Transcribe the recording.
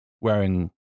wearing